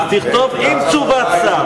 אז תכתוב: עם תשובת שר.